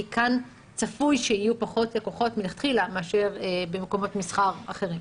כי כאן צפוי שיהיו פחות לקוחות מלכתחילה מאשר במקומות מסחר אחרים.